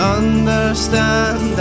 understand